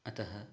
अतः